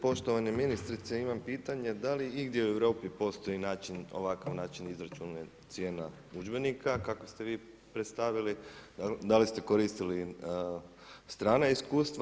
Poštovana ministrice imam pitanje da li igdje u Europi postoji način, ovakav način izračuna, cijena udžbenika kakav ste vi predstavili, da li ste koristili strana iskustva.